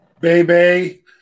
Baby